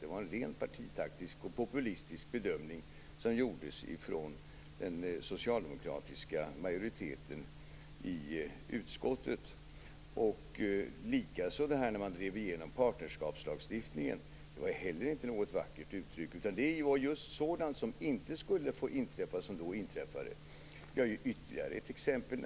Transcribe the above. Det var en rent partitaktisk och populistisk bedömning som gjordes av den socialdemokratiska majoriteten i utskottet. Det var inte heller vackert när man drev igenom partnerskapslagstiftningen. Det var just sådant som inte skulle få inträffa. Det finns ytterligare ett exempel.